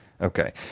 Okay